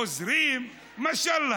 עוזרים, מה לא,